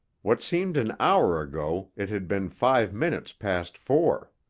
what seemed an hour ago it had been five minutes past four.